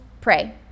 Pray